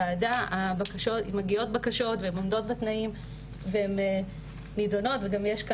אין התייחסות לעובדה שמדובר באישה נפגעת אלימות שמכניס אותה